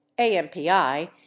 AMPI